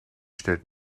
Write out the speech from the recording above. stellt